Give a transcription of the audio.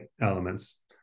elements